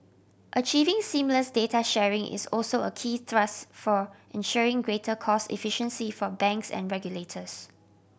achieving seamless data sharing is also a key thrust for ensuring greater cost efficiency for banks and regulators